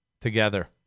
together